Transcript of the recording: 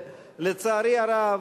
לצערי הרב,